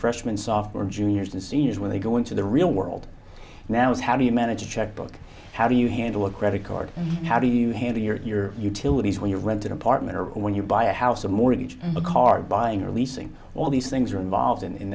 freshman sophomore juniors and seniors when they go into the real world now is how do you manage a checkbook how do you handle a credit card how do you handle your utilities when you rent an apartment or when you buy a house a mortgage a car buying or leasing all these things are involved in